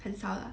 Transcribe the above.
很少了